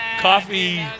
coffee